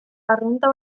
arrunta